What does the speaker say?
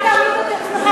אל תעמיד את עצמך,